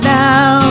now